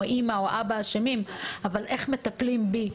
האימא או האבא אשמים אבל איך מטפלים בי,